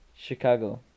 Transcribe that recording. Chicago